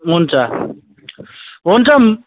हुन्छ हुन्छ